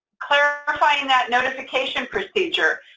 clarifying that notification procedure.